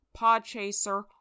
Podchaser